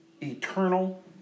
eternal